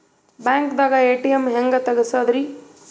ಬ್ಯಾಂಕ್ದಾಗ ಎ.ಟಿ.ಎಂ ಹೆಂಗ್ ತಗಸದ್ರಿ?